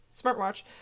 Smartwatch